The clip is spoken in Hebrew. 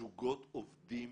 זוגות עובדים